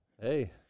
Hey